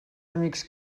amics